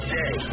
day